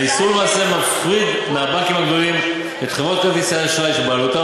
האיסור למעשה מפריד מהבנקים הגדולים את חברות כרטיסי האשראי שבבעלותם